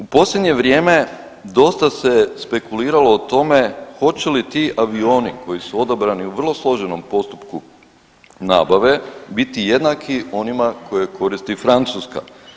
U posljednje vrijeme dosta se je spekuliralo o tome hoće li ti avioni koji su odabrani u vrlo složenom postupku nabave biti jednaki onima koje koristi Francuska.